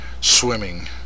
swimming